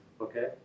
okay